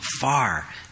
far